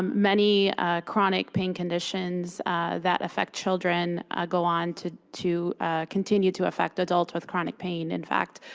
many chronic pain conditions that affect children go on to to continue to affect adults with chronic pain. in fact,